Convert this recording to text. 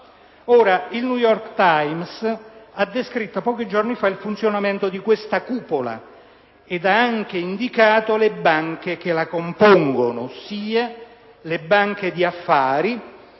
Stati. Il «New York Times» ha descritto pochi giorni fa il funzionamento di questa «cupola» ed ha anche indicato le banche che la compongono, ossia le banche di affari,